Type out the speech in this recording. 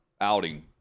outing